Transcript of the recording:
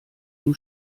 ihm